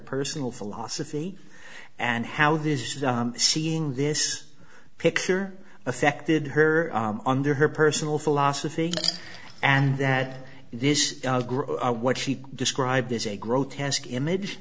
personal philosophy and how this seeing this picture affected her under her personal philosophy and that this what she described as a grotesque image